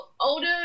older